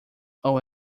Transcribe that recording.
all